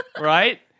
Right